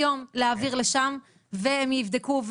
היום להעביר לשם והם יבדקו,